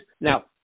now